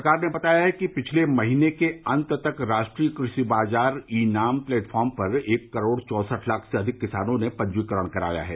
सरकार ने बताया कि पिछले महीने के अंत तक राष्ट्रीय कृषि बाजार ई नाम प्लैटफार्म पर एक करोड़ चौसठ लाख से अधिक किसानों ने पंजीकरण कराया है